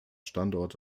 standort